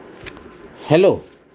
hello